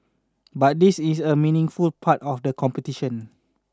but this is a meaningful part of the competition